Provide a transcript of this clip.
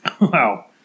Wow